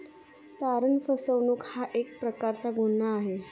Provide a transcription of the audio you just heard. तारण फसवणूक हा एक प्रकारचा गुन्हा आहे